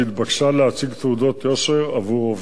3. החברה הזוכה במכרז התבקשה להציג תעודות יושר עבור עובדיה.